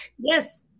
Yes